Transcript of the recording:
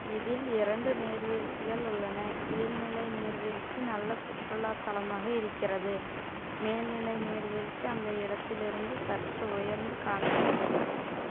இதில் இரண்டு நீர்வீழ்ச்சிகள் உள்ளன கீழ் நிலை நீர்வீழ்ச்சி நல்ல சுற்றுலா தலமாக இருக்கிறது மேல் நிலை நீர்வீழ்ச்சி அந்த இடத்தில் இருந்து சற்று உயர்ந்து காணப்படுகிறது